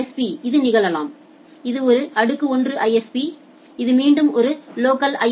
SP க்கு இது நிகழலாம் இது ஒரு அடுக்கு 1 ஐஎஸ்பி இது மீண்டும் ஒரு லோக்கல் ஐ